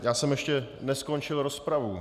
Já jsem ještě neskončil rozpravu.